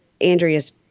Andrea's